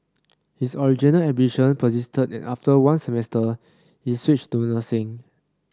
his original ambition persisted and after one semester he switched to nursing